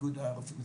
מנציגות הרופאים,